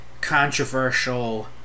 controversial